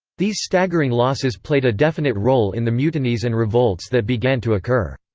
these staggering losses played a definite role in the mutinies and revolts that began to occur.